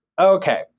Okay